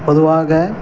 பொதுவாக